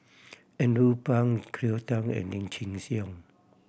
Andrew Phang Cleo Thang and Lim Chin Siong